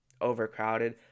overcrowded